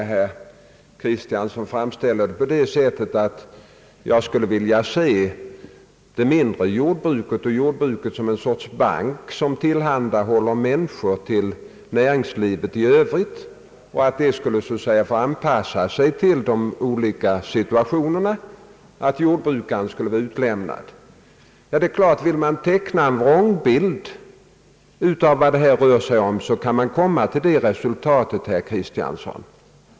Herr Kristiansson framställer det så att jag skulle se jordbruket, särskilt det mindre jordbruket, som en sorts bank som tillhandahåller människor åt näringslivet i övrigt, och att jordbruket skulle få anpassa sig till de olika situationerna, med andra ord att jordbrukaren skulle vara utlämnad. Vill man teckna en vrångbild av vad det här rör sig om, kan man komma till detta resultat, herr Kristiansson.